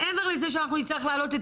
מעבר לזה שאנחנו צריכים להעלות את